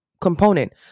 component